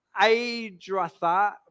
Adratha